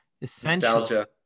Nostalgia